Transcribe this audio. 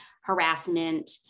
harassment